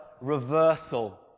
reversal